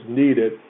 needed